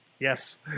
Yes